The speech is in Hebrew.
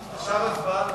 על החוק הבא.